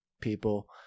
people